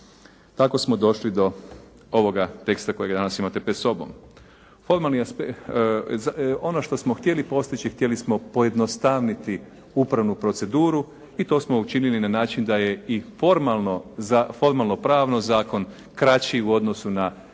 Tako smo došli do ovoga teksta kojega danas imate pred sobom. Ono što smo htjeli postići htjeli smo pojednostavniti upravnu proceduru i to smo učinili na način da je i formalno, formalno-pravno zakon kraći u odnosu na